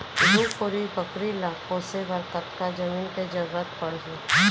दू कोरी बकरी ला पोसे बर कतका जमीन के जरूरत पढही?